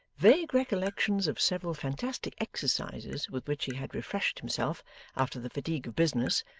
vague recollections of several fantastic exercises with which he had refreshed himself after the fatigues of business,